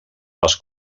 les